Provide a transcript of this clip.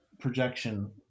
projection